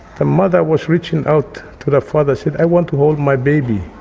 the mother was reaching out to the father said, i want to hold my baby,